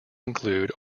included